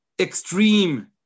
extreme